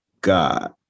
God